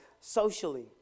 socially